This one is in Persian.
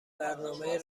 برنامهای